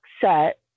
set